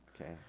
Okay